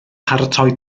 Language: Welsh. paratoi